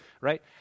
right